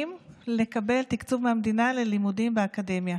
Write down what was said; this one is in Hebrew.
לקבל תקצוב מהמדינה ללימודים באקדמיה.